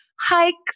hikes